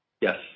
Yes